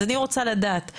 אז אני רוצה לדעת,